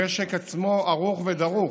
המשק עצמו ערוך ודרוך,